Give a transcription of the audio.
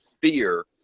fear